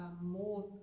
more